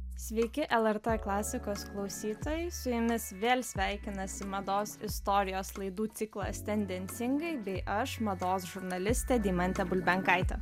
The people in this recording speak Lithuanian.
sveiki lrt klasikos klausytojai su jumis vėl sveikinasi mados istorijos laidų ciklas tendencingai bei aš mados žurnalistė deimantė bulbenkaitė